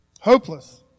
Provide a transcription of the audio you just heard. Hopeless